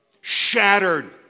shattered